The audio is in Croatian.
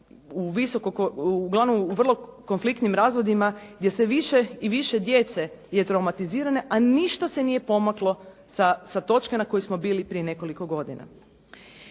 u vrlo konfliktnim razvodima gdje sve više i više djece je traumatizirano, a ništa se nije pomaklo sa točke na kojoj smo bili prije nekoliko godina.